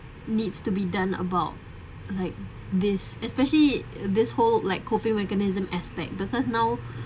needs to be done about like this especially at this whole like coping mechanism aspect because now